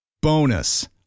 Bonus